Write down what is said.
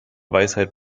weisheit